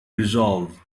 resolve